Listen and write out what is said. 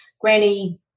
granny